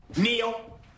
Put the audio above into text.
Neil